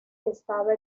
estaba